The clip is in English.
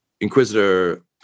Inquisitor